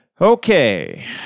Okay